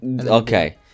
Okay